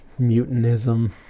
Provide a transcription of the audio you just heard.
mutinism